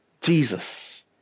Jesus